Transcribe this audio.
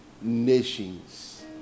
nations